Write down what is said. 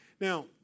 Now